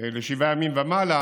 לשבעה ימים ומעלה